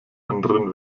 anderen